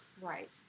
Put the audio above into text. Right